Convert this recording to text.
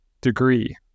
degree